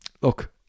look